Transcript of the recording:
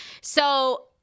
So-